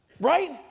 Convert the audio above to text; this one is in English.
Right